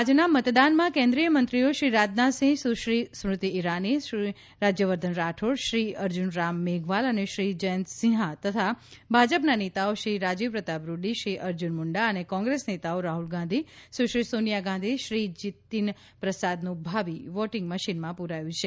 આજના મતદાનમાં કેન્દ્રિય મંત્રીઓ શ્રી રાજનાથસિંહ સુશ્રી સ્મૃતિ ઇરાની શ્રી રાજ્યવર્ધન રાઠૌર શ્રી અર્જુનરામ મેઘવાલ અને શ્રી જયંત સિંહા તથા ભાજપના નેતાઓ શ્રી રાજીવ પ્રતાપ રૂડી શ્રી અર્જુન મુંડા અને કોંગ્રેસ નેતાઓ રાહુલ ગાંધી સુશ્રી સોનિયા ગાંધી શ્રી જીતીન પ્રસાદનું ભાવિ વોટીંગ મશીનમાં પ્રરાયું છે